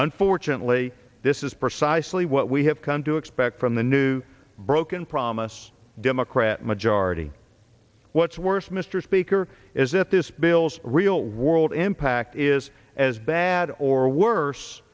unfortunately this is precisely what we have come to expect from the new broken promise democrat majority what's worse mr speaker is if this bill's real world impact is as bad or worse